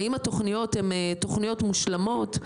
האם התכניות הן תכניות מושלמות?